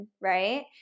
right